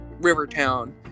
Rivertown